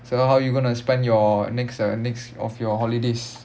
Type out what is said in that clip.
so how you going to spend your next uh next of your holidays